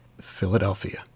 Philadelphia